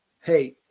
hey